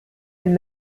wenn